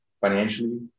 financially